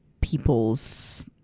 people's